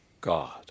God